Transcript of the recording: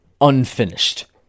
unfinished